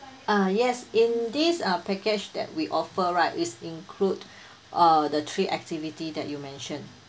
uh yes in this uh package that we offer right is include uh the three activity that you mention